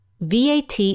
VAT